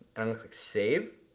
and save,